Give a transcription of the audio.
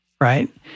right